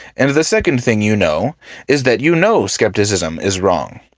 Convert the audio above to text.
and the second thing you know is that you know skepticism is wrong.